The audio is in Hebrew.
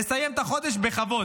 לסיים את החודש בכבוד,